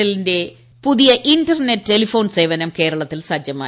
എല്ലിന്റെ പുതിയ internet telephone സേവനം കേരളത്തിൽ സജ്ജമായി